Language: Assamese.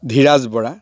ধিৰাজ বৰা